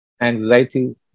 anxiety